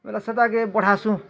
ବୋଇଲେ ସେଟାକେ ବଢ଼ାସୁଁ